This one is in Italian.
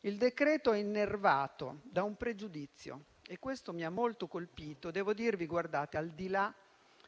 Il decreto è innervato da un pregiudizio e questo mi ha molto colpito, devo dirvi, al di là